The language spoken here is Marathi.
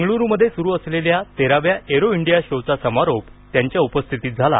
बंगळूरूमध्ये सुरू असलेल्या तेराव्या एरो इंडिया शोचा समारोप त्यांच्या उपस्थितीत झाला